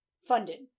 funded